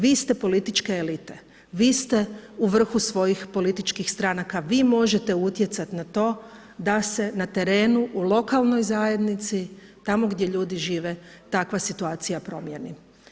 Vi ste političke elite, vi ste u vrhu svojih političkih stranka, vi možete utjecati na to, da se na terenu u lokalnoj zajednici tamo gdje ljudi žive, takva situacija promijeni.